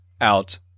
out